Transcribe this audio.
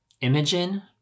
Imogen